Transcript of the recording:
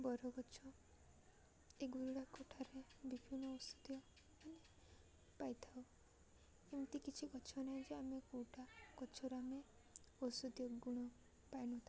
ବରଗଛ ଏଗୁଡ଼ାକ ଠାରୁ ବିଭିନ୍ନ ଔଷଧୀୟ ମାନେ ପାଇଥାଉ ଏମିତି କିଛି ଗଛ ନାହିଁ ଯେ ଆମେ କେଉଁଟା ଗଛରୁ ଆମେ ଔଷଧୀୟ ଗୁଣ ପାଇ ନଥାଉ